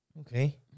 okay